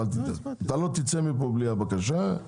לא תצא מפה בלי להעלות את הבקשה.